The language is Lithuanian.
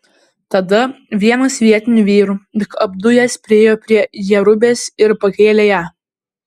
tada vienas vietinių vyrų lyg apdujęs priėjo prie jerubės ir pakėlė ją